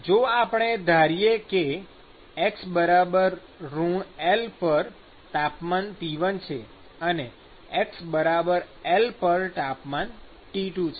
જો આપણે ધારીએ કે x Lપર તાપમાન T1 છે અને x L પર તાપમાન T2 છે